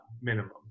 minimum